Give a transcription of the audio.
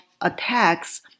attacks